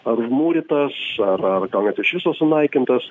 ar užmūrytas ar ar gal net iš viso sunaikintas